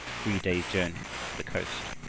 three days' journey, to the coast,